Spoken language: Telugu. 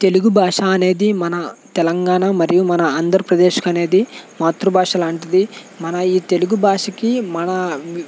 తెలుగు భాష అనేది మన తెలంగాణ మరియు మన ఆంధ్రప్రదేశ్కి అనేది మాతృ భాష లాంటిది మన ఈ తెలుగు భాషకి మన